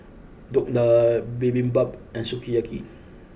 Dhokla Bibimbap and Sukiyaki